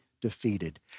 defeated